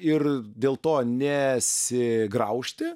ir dėl to nesigraužti